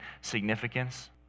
significance